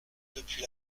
depuis